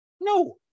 No